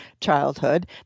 childhood